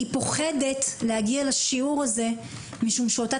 היא פוחדת להגיע לשיעור הזה משום שאותה